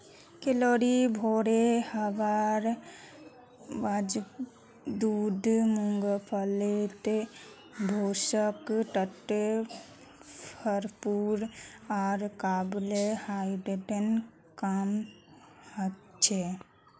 calorie भोरे हवार बावजूद मूंगफलीत पोषक तत्व भरपूर आर कार्बोहाइड्रेट कम हछेक